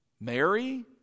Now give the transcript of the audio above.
Mary